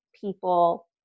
people